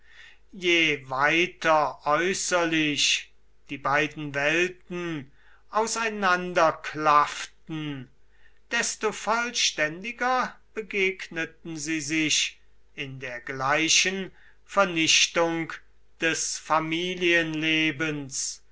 je weiter äußerlich die beiden welten auseinanderklafften desto vollständiger begegneten sie sich in der gleichen vernichtung des familienlebens